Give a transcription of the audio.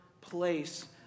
place